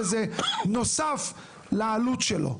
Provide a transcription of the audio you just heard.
וזה נוסף לעלות שלו.